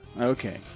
Okay